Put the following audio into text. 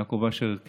ויעקב אשר,